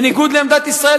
בניגוד לעמדת ישראל,